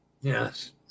yes